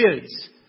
kids